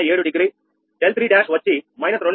807 డిగ్రీ𝛿31 వచ్చి 2